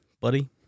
buddy